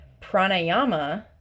Pranayama